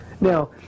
Now